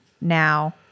now